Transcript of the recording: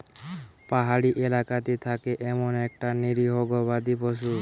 পাহাড়ি এলাকাতে থাকে এমন একটা নিরীহ গবাদি পশু